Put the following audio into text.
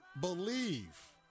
believe